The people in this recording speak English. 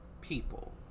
people